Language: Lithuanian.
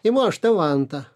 imu aš tą vantą